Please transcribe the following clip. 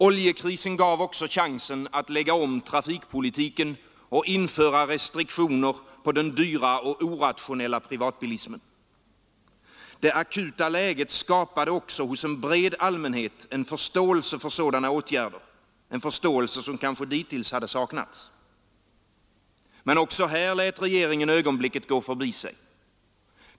Oljekrisen gav också chansen att lägga om trafikpolitiken och införa restriktioner för den dyra och orationella privatbilismen. Det akuta läget skapade hos en bred allmänhet en förståelse för sådana åtgärder, en förståelse som kanske dittills hade saknats. Men också här lät regeringen ögonblicket gå förbi sig.